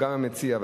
גם המציע,